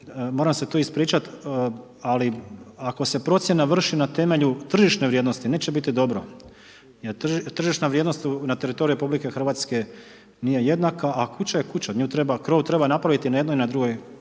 Moram se tu ispričat, ali ako se procjena vrši na temelju tržišne vrijednosti, neće biti dobro jer tržišna vrijednost na teritoriju RH nije jednaka, a kuća je kuća. Krov treba napraviti i na jednoj i na drugoj